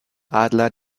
adler